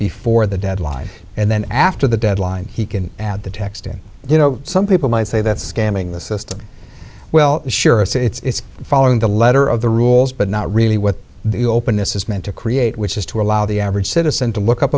before the deadline and then after the deadline he can add the text in you know some people might say that's scamming the system well sure it's following the letter of the rules but not really what the open this is meant to create which is to allow the average citizen to look up